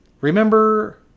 Remember